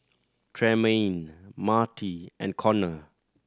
Tremayne Marty and Conner